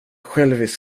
självisk